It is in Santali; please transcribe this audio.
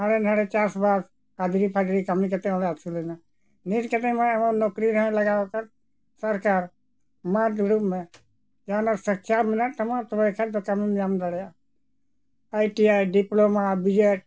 ᱦᱟᱸᱰᱮ ᱱᱟᱸᱰᱮ ᱪᱟᱥᱵᱟᱥ ᱦᱟᱹᱡᱨᱤᱼᱯᱷᱟᱹᱡᱨᱤ ᱠᱟᱹᱢᱤ ᱠᱟᱛᱮᱜ ᱦᱚᱸᱞᱮ ᱟᱹᱥᱩᱞᱮᱱᱟ ᱱᱤᱛ ᱠᱟᱛᱮᱢᱟ ᱱᱚᱠᱨᱤ ᱨᱮᱦᱚᱸᱭ ᱞᱟᱜᱟᱣ ᱟᱠᱟᱫ ᱥᱚᱨᱠᱟᱨ ᱢᱟ ᱫᱩᱲᱩᱵ ᱢᱮ ᱡᱟᱦᱟᱱᱟᱜ ᱥᱤᱠᱽᱠᱷᱟ ᱢᱮᱱᱟᱜ ᱛᱟᱢᱟ ᱛᱚᱵᱮ ᱠᱷᱟᱱ ᱫᱚ ᱠᱟᱹᱢᱤᱢ ᱧᱟᱢ ᱫᱟᱲᱮᱭᱟᱜᱼᱟ I T I diploma BEd